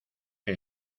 que